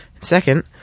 Second